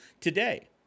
today